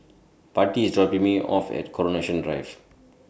Patti IS dropping Me off At Coronation Drive